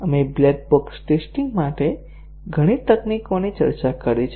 આપણે black box testing માટે ઘણી તકનીકોની ચર્ચા કરી છે